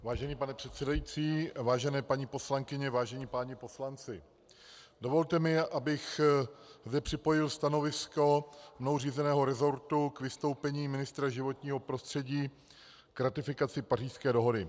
Vážený pane předsedající, vážené paní poslankyně, vážení páni poslanci, dovolte mi, abych zde připojil stanovisko mnou řízeného resortu k vystoupení ministra životního prostředí k ratifikaci Pařížské dohody.